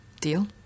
Deal